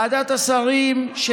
אבל נצביע נגדו.